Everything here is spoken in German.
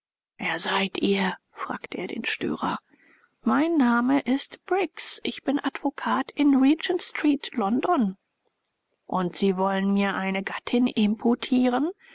wer seid ihr fragte er den störer mein name ist briggs ich bin advokat in regentstreet london und sie wollen mir eine gattin imputieren